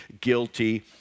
guilty